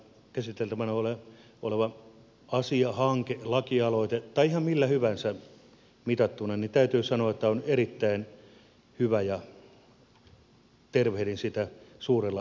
käsiteltävänä oleva asia hanke lakialoite tai ihan millä hyvänsä mitattuna täytyy sanoa on erittäin hyvä ja tervehdin sitä suurella ilolla